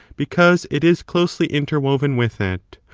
because it is closely interwoven with it.